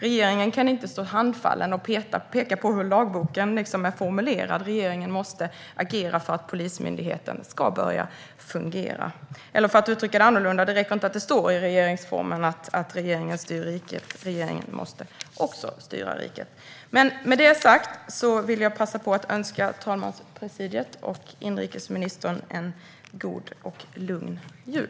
Regeringen kan inte stå handfallen och peka på hur lagboken är formulerad utan måste agera för att Polismyndigheten ska börja fungera. För att uttrycka mig annorlunda: Det räcker inte att det står i regeringsformen att regeringen styr riket - regeringen måste också styra riket. Jag vill passa på att önska talmanspresidiet och inrikesministern en god och lugn jul.